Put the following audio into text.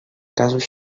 casos